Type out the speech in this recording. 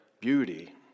beauty